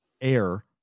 air